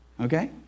Okay